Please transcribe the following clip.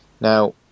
Now